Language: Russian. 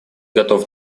готов